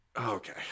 Okay